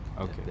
Okay